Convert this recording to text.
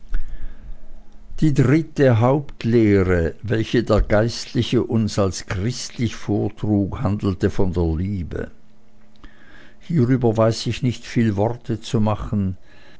die dritte hauptlehre welche der geistliche uns als christlich vortrug handelte von der liebe hierüber weiß ich nicht viel worte zu machen